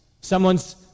Someone's